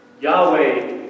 Yahweh